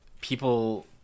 people